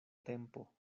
tempo